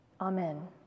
Amen